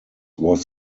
was